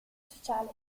sociale